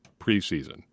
preseason